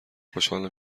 خوشحالم